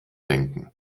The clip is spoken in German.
denken